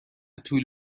طول